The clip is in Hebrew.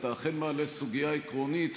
אתה אכן מעלה סוגיה עקרונית,